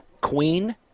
queen